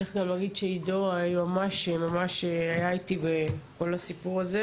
וצריך להגיד שעידו היועמ"ש ממש היה איתי בכל הסיפור הזה,